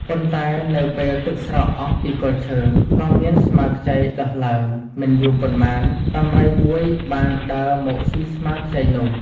ប៉ុន្តែនៅពេលទឹកស្រកអស់ពីគល់ឈើ ក៏មានស្មៅខ្ចីដុះឡើង។ មិនយូរប៉ុន្មាន ដំរីមួយបានដើរមកស៊ីស្មៅខ្ចីនោះ។